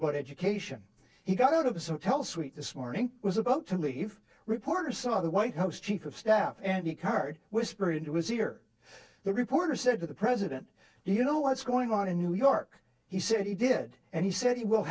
about education he got out of some hell sweet this morning was about to leave reporters saw the white house chief of staff andy card whispered into his ear the reporter said to the president you know what's going on in new york he said he did and he said he will